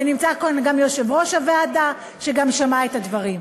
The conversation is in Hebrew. ונמצא כאן גם יושב-ראש הוועדה שגם שמע את הדברים.